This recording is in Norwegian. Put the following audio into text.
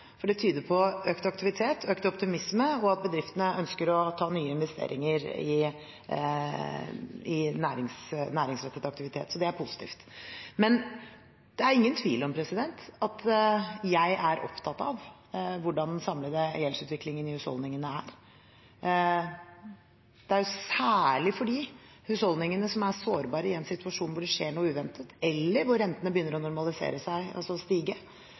for det tyder på økt aktivitet, økt optimisme og at bedriftene ønsker å ta nye investeringer i næringsrettet aktivitet. Det er positivt. Det er ingen tvil om at jeg er opptatt av hvordan den samlede gjeldsutviklingen i husholdningene er. Det er særlig fordi husholdningene er sårbare i en situasjon der det skjer noe uventet eller rentene begynner å normalisere seg og så stige.